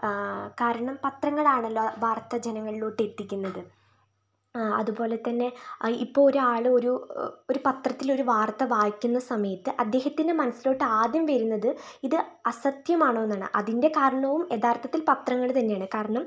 കാരണം പത്രങ്ങളാണല്ലോ വാർത്ത ജനങ്ങളിലോട്ട് എത്തിക്കുന്നത് അതുപോലെത്തന്നെ ഇപ്പോൾ ഒരാളൊരു ഒരു പത്രത്തിലൊരു വാർത്ത വായിക്കുന്ന സമയത്ത് അദ്ദേഹത്തിൻ്റെ മനസിലോട്ട് ആദ്യം വരുന്നത് ഇത് അസത്യമാണോന്നാണ് അതിൻ്റെ കാരണവും യഥാർഥത്തിൽ പത്രങ്ങള് തന്നെയാണ് കാരണം